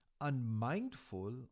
unmindful